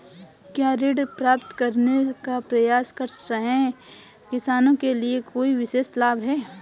क्या ऋण प्राप्त करने का प्रयास कर रहे किसानों के लिए कोई विशेष लाभ हैं?